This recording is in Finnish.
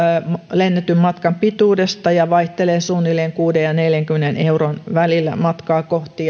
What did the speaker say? lennetyn matkan pituudesta ja vaihtelee suunnilleen kuuden ja neljänkymmenen euron välillä matkaa kohti